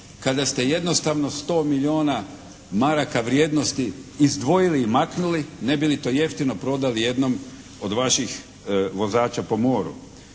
kada ste jednostavno 100 milijuna maraka vrijednosti izdvojili i maknuli ne bi li to jeftino prodali jednom od vaših vozača po moru.